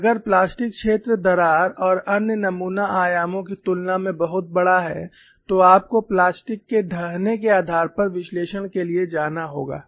और अगर प्लास्टिक क्षेत्र दरार और अन्य नमूना आयामों की तुलना में बहुत बड़ा है तो आपको प्लास्टिक के ढहने के आधार पर विश्लेषण के लिए जाना होगा